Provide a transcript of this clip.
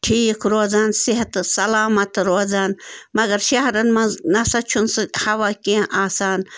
ٹھیٖک روزان صحتہٕ سلامَت روزان مگر شَہرَن منٛز نہ سا چھُنہٕ سُہ ہوا کینٛہہ آسان